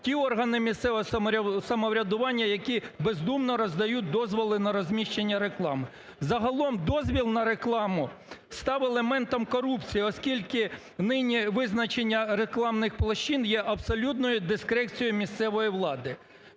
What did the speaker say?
ті органи місцевого самоврядування, які бездумно роздають дозволи на розміщення реклами. Загалом дозвіл на рекламу став елементом корупції, оскільки нині визначення рекламних площин є абсолютною дискрецією місцевої влади.